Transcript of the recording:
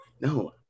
no